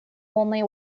only